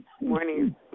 Morning